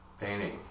painting